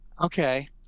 Okay